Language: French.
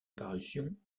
parution